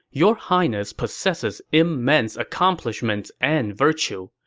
your highness possesses immense accomplishments and virtue.